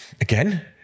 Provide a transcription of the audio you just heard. again